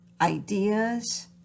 ideas